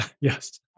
Yes